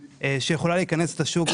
ב-2017 אישרה הכנסת את חוק שטרום,